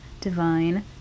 divine